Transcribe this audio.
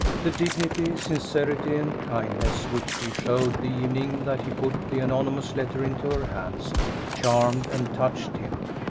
the dignity, sincerity, and kindness which she showed the evening that he put the anonymous letter into her hands charmed and touched him,